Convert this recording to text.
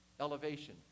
elevation